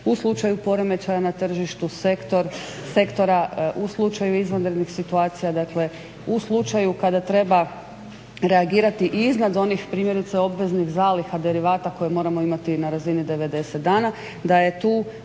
u slučaju poremećaja na tržištu sektora u slučaju izvanrednih situacija dakle u slučaju kada treba reagirati i iznad onih primjerice obveznih zaliha koje moramo imati na razini 90 dana, da je tu